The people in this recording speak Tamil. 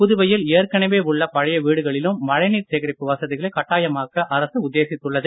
புதுவையில் ஏற்கனவே உள்ள பழைய வீடுகளிலும் மழைநீர் சேகரிப்பு வசதிகளை கட்டாயமாக்க அரசு உத்தேசித்துள்ளது